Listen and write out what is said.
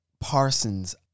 Parsons